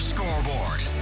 Scoreboard